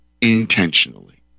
intentionally